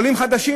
עולים חדשים,